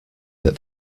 that